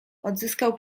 odzyskał